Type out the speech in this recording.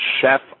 chef